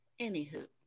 anywho